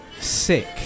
Sick